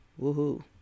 woohoo